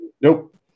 Nope